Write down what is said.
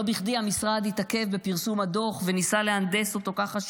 לא בכדי המשרד התעכב בפרסום הדוח וניסה להנדס אותו ככה,